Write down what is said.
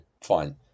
fine